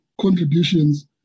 contributions